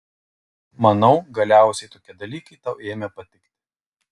manau galiausiai tokie dalykai tau ėmė patikti